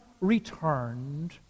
returned